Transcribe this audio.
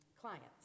clients